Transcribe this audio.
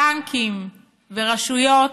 בנקים ורשויות,